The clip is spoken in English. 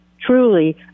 truly